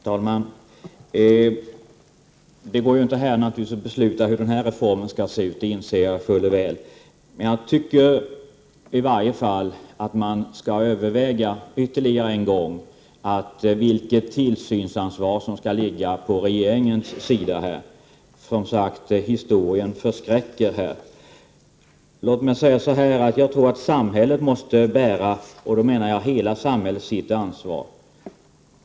Herr talman! Det går naturligtvis inte att här besluta hur denna reform skall se ut — det inser jag fuller väl. Men jag tycker i varje fall att man ännu en gång skall överväga vilket tillsynsansvar som skall ligga på regeringens sida. Som sagt: historien förskräcker. Låt mig säga att jag tror att samhället — och då menar jag hela samhället — måste bära sitt ansvar.